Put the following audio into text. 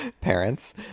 parents